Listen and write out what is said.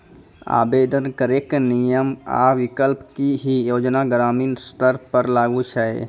आवेदन करैक नियम आ विकल्प? की ई योजना ग्रामीण स्तर पर लागू छै?